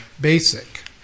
basic